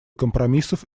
компромиссов